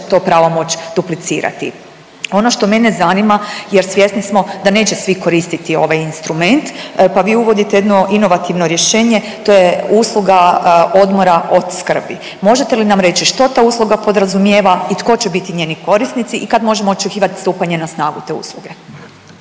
to pravo moći duplicirati. Ono što mene zanima jer svjesni smo da neće svi koristiti ovaj instrument, pa vi uvodite jedno inovativno rješenje, to je usluga odmora od skrbi. Možete li nam reći što ta usluga podrazumijeva i tko će biti njeni korisnici i kad možemo očekivati stupanje na snagu te usluge?